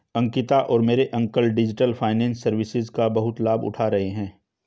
अंकिता और मेरे uncle digital finance services का बहुत लाभ उठा रहे हैं